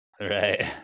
Right